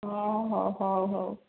ହଁ ହେଉ ହେଉ ହେଉ